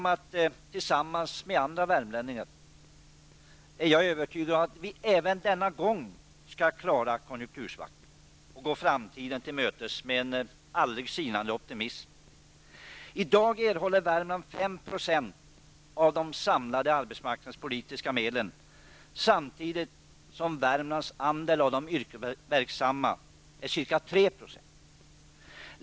Liksom andra värmlänningar är jag övertygad om att vi även denna gång skall kunna klara konjunktursvackan och gå framtiden till mötes med en aldrig sinande optimism. I dag erhåller Värmland 5 % av de samlade arbetsmarknadspolitiska medlen samtidigt som Värmlands andel av de yrkesverksamma uppgår till ca 3 %.